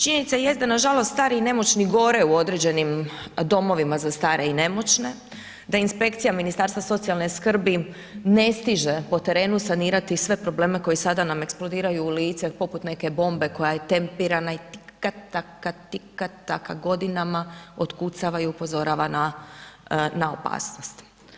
Činjenica jest da nažalost stari i nemoćni gore u određenim domovima za stare i nemoćne, da inspekcija Ministarstva socijalne skrbi ne stiže po terenu sanirati sve probleme koji sada nam eksplodiraju u lice poput neke bombe koja je tempirana i tika taka, tika taka godinama otkucava i upozorava na opasnost.